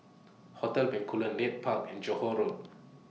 Hotel Bencoolen Leith Park and Johore Road